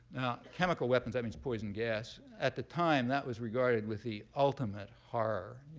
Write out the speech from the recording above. chemical weapons, that means poison gas. at the time, that was regarded with the ultimate horror.